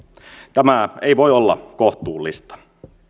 tämä ei voi olla kohtuullista